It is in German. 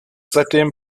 seitdem